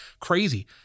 Crazy